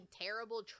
terrible